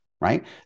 right